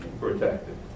protected